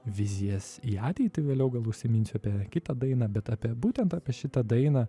vizijas į ateitį vėliau gal užsiminsiu apie kitą dainą bet apie būtent apie šitą dainą